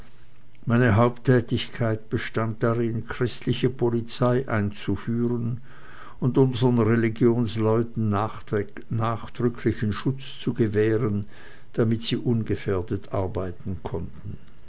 meine haupttätigkeit bestand darin christliche polizei einzuführen und unsern religionsleuten nachdrücklichen schutz zu gewähren damit sie ungefährdet arbeiten konnten